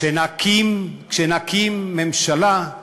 כשנקים ממשלה,